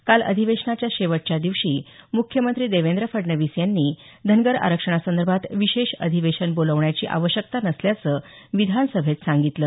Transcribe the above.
काल अधिवेशनाच्या शेवटच्या दिवशी मुख्यमंत्री देवेंद्र फडणवीस यांनी धनगर आरक्षणासंदर्भात विशेष अधिवेशन बोलवण्याची आवश्यकता नसल्याचं विधानसभेत सांगितलं